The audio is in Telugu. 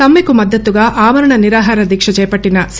సమ్మెకు మద్దతుగా ఆమరణ నిరాహార దీక్ష చేపట్టిన సి